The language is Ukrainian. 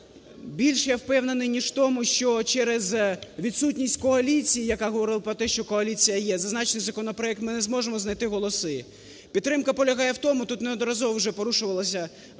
Більш я впевнений ніж в тому, що через відсутність коаліції, яка говорила, що коаліція є, за зазначений проект ми не зможемо знайти голоси, підтримка полягає в тому, тут неодноразово вже порушувався